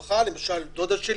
למשל, דודה שלי.